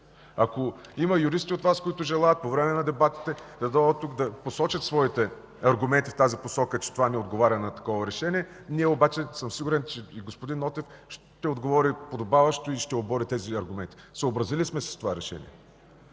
Ако има юристи от Вас, които желаят, по време на дебатите да дойдат тук и да посочат своите аргументи в посока, че това не отговаря на такова решение. Сигурен съм обаче, че господин Нотев ще отговори подобаващо и ще обори тези аргументи. Съобразили сме се с това решение.